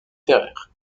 ferrer